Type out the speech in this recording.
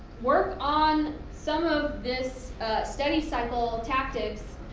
work on some of this study cycle tactics,